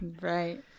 Right